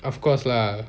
of course lah